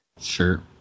Sure